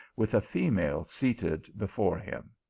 with a female seated before him.